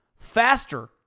faster